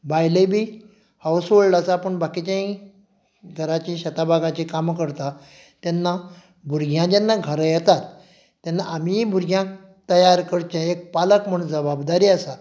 बायल बी हावजहोल्ड आसा पूण बाकीचेंय घराची शेताबागाचीं कामां करता तेन्ना भुरगीं जेन्ना घरा येतात तेन्ना आमीय भुरग्यांक तयार करचें एक पालक म्हूण जबाबदारी आसा